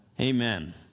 Amen